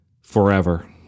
forever